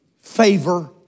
favor